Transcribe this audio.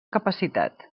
capacitat